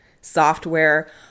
software